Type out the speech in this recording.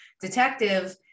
detective